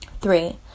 Three